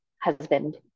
husband